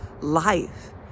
life